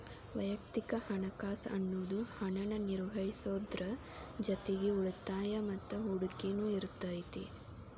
ವಯಕ್ತಿಕ ಹಣಕಾಸ್ ಅನ್ನುದು ಹಣನ ನಿರ್ವಹಿಸೋದ್ರ್ ಜೊತಿಗಿ ಉಳಿತಾಯ ಮತ್ತ ಹೂಡಕಿನು ಇರತೈತಿ